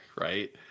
right